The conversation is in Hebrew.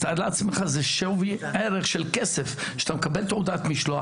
אז תאר לעצמך זה שווי ערך של כסף שאתה מקבל תעודת משלוח,